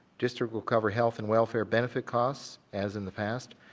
district will cover health and welfare benefit cost as in the past.